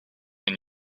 and